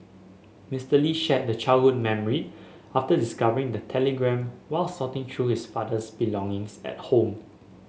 Mister Lee shared the childhood memory after discovering the telegram while sorting through his father's belongings at home